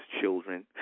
children